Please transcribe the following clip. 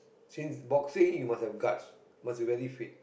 since boxing you must have guts must be very fit